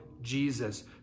Jesus